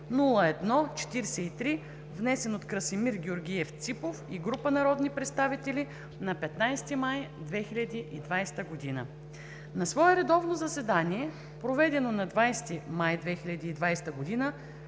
054-01-43, внесен от Красимир Георгиев Ципов и група народни представители на 15 май 2020 г. На свое заседание, проведено на 20 май 2020 г.,